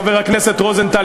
חבר הכנסת רוזנטל,